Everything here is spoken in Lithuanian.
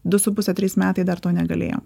du su puse trys metai dar to negalėjom